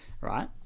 right